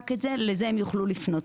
רק לזה הם יוכלו לפנות,